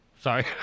sorry